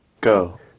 Go